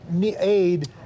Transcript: Aid